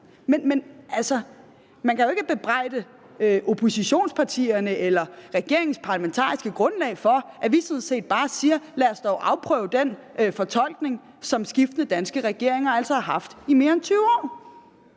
men man kan jo ikke bebrejde oppositionspartierne eller regeringens parlamentariske grundlag for, at vi sådan set bare siger: Lad os dog afprøve den fortolkning, som skiftende danske regeringer altså har haft i mere end 20 år.